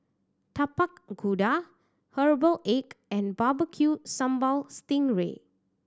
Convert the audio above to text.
Tapak Kuda herbal egg and barbeque sambal sting ray